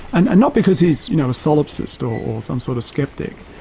and not because his you know a solipsist or or some sort of sceptic,